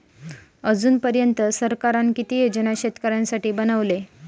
अजून पर्यंत सरकारान किती योजना शेतकऱ्यांसाठी बनवले?